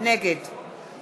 נגד